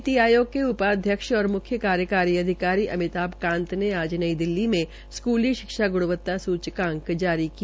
नीति आयोग के उपाध्यक्ष और कार्यकारीअधिकारी अमिताभ कांत ने आज नई दिल्ली में स्कूली शिक्षा ग्णवता सूचांक जारी किया